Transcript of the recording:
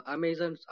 Amazon